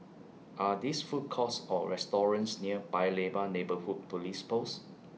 Are These Food Courts Or restaurants near Paya Lebar Neighbourhood Police Post